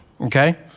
Okay